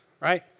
right